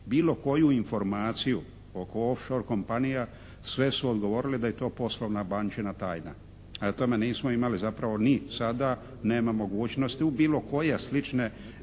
bilo koju informaciju oko off shore kompanija, sve su odgovorile da je to poslovna bančina tajna. Prema tome nismo imali, zapravo ni sada nema mogućnosti u bilo koje slične